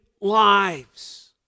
lives